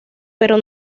pero